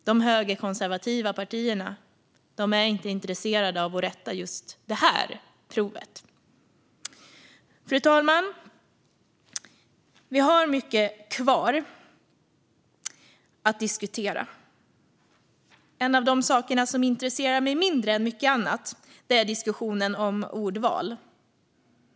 De högerkonservativa partierna är inte intresserade av att rätta just det här provet. Fru talman! Vi har mycket kvar att diskutera. En sak som intresserar mig mindre än mycket annat är diskussionen om ordval.